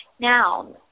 Now